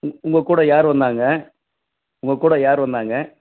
உங்கள்கூட யார் வந்தாங்க உங்கள் கூட யார் வந்தாங்க